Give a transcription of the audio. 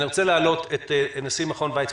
אני רוצה להעלות את נשיא מכון ויצמן,